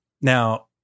Now